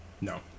No